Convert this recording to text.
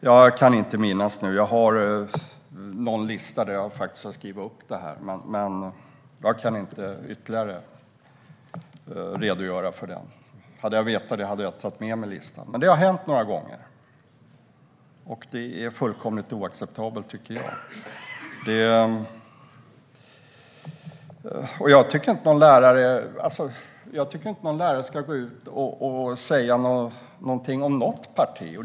Jag kan inte minnas nu; jag har någon lista där jag har skrivit upp det, men jag kan inte ytterligare redogöra för det. Hade jag vetat hade jag tagit med mig listan. Men det har hänt några gånger, och jag tycker att det är fullkomligt oacceptabelt. Jag tycker inte att lärare ska gå ut och säga någonting om något parti.